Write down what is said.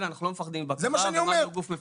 אנחנו לא מפחדים מבקרה ומד"א הוא גוף מפוקח.